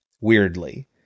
weirdly